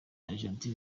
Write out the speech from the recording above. argentine